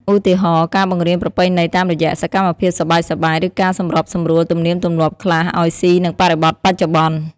ឧទាហរណ៍ ការបង្រៀនប្រពៃណីតាមរយៈសកម្មភាពសប្បាយៗ ឬការសម្របសម្រួលទំនៀមទម្លាប់ខ្លះឲ្យស៊ីនឹងបរិបទបច្ចុប្បន្ន។